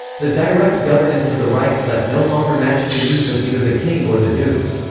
the direct governance of the reichsgut no longer matched the needs of either the king or the dukes.